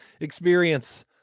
experience